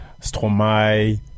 Stromae